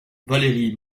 valerie